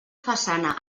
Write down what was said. façana